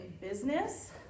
business